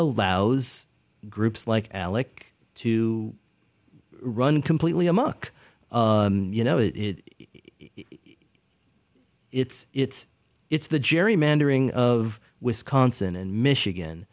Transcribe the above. allows groups like alec to run completely amok you know it is it's it's it's the gerrymandering of wisconsin and michigan